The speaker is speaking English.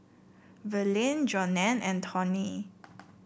Verlie Jonell and Tawny